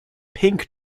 pink